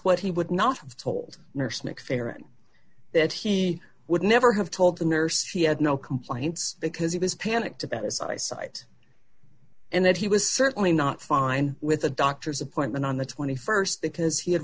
what he would not have told nurse mcfarren that he would never have told the nurse he had no complaints because he was panicked about his eyesight and that he was certainly not fine with a doctor's appointment on the st because he had